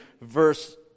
verse